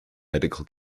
medical